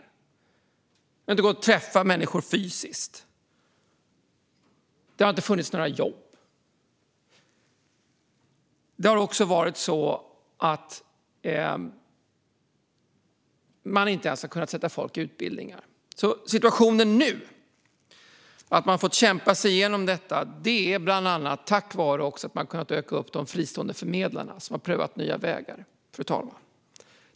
Det har inte gått att träffa människor fysiskt, det har inte funnits några jobb och man har inte ens kunnat sätta folk i utbildning. Hur situationen ser ut nu och att man har kämpat sig igenom detta är bland annat tack vare att man har kunnat öka antalet fristående förmedlare som har prövat nya vägar.